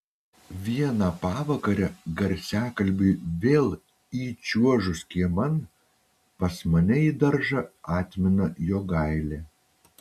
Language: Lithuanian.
vieną pavakarę garsiakalbiui vėl įčiuožus kieman pas mane į daržą atmina jogailė